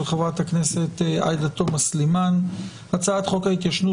של חה"כ עאידה תומא סלימאן; הצעת חוק ההתיישנות